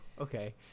okay